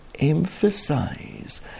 emphasize